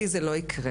לי זה לא יקרה.